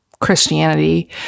Christianity